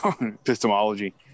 epistemology